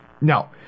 No